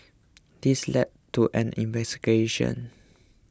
this led to an investigation